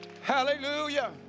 Hallelujah